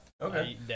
Okay